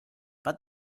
but